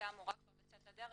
שהייתה אמורה לצאת לדרך.